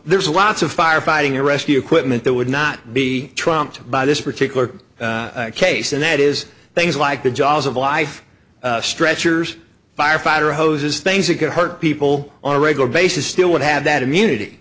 there's lots of firefighting rescue equipment that would not be trying by this particular case and that is things like the jaws of life stretchers firefighter hoses things that could hurt people on a regular basis still would have that immunity